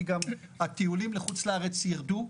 כי גם הטיולים לחוץ לארץ ירדו.